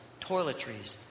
toiletries